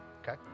Okay